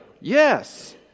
Yes